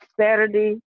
Saturday